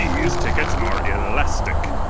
these tickets are elastic,